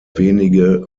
wenige